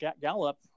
Gallup